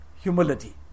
humility